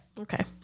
Okay